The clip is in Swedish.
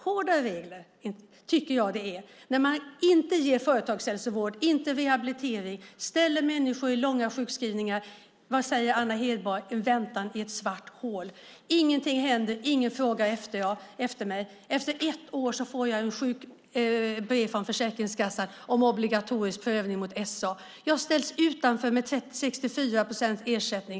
Hårdare regler tycker jag att det är när man inte ger företagshälsovård eller rehabilitering och ställer människor i långa sjukskrivningar. Anna Hedborg säger att det är en väntan i ett svart hål - ingenting händer och ingen frågar efter mig. Efter ett år får man ett brev från Försäkringskassan om obligatorisk prövning mot SA. Man ställs utanför med 64 procents ersättning.